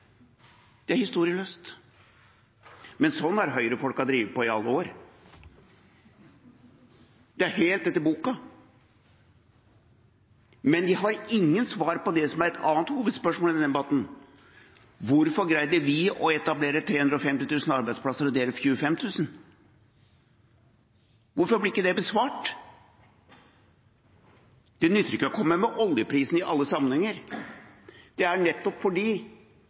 Det er historieløst. Men sånn har Høyre-folka drevet på i alle år. Det er helt etter boka. Men de har ingen svar på det som er et annet hovedspørsmål i denne debatten: Hvorfor greide vi å etablere 350 000 arbeidsplasser og de 25 000? Hvorfor blir ikke det besvart? Det nytter ikke å komme med oljeprisen i alle sammenhenger. Det er fordi vi bruker samfunnets midler til nettopp